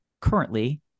currently